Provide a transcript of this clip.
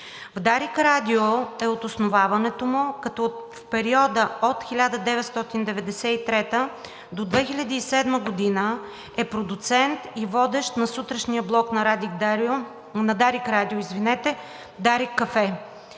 В Дарик радио е от основаването му, като в периода от 1993-а до 2007 г. е продуцент и водещ на сутрешния блок на Дарик радио – „Дарик кафе“.